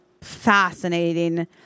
fascinating